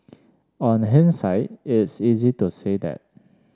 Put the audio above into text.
on hindsight it's easy to say that